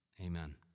Amen